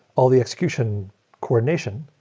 all the execution coordination.